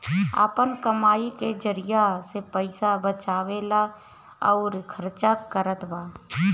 आपन कमाई के जरिआ से पईसा बचावेला अउर खर्चा करतबा